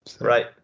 right